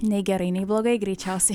nei gerai nei blogai greičiausiai